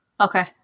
Okay